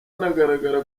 anagaragara